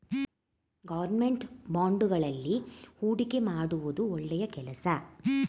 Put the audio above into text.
government ಬಾಂಡುಗಳಲ್ಲಿ ಹೂಡಿಕೆ ಮಾಡುವುದು ಒಳ್ಳೆಯ ಕೆಲಸ